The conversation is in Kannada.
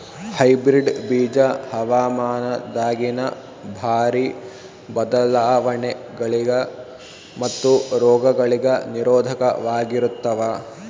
ಹೈಬ್ರಿಡ್ ಬೀಜ ಹವಾಮಾನದಾಗಿನ ಭಾರಿ ಬದಲಾವಣೆಗಳಿಗ ಮತ್ತು ರೋಗಗಳಿಗ ನಿರೋಧಕವಾಗಿರುತ್ತವ